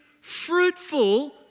fruitful